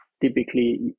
typically